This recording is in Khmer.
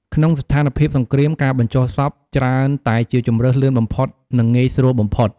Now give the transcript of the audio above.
ក្នុងស្ថានភាពសង្គ្រាម ការបញ្ចុះសពច្រើនតែជាជម្រើសលឿនបំផុត និងងាយស្រួលបំផុត។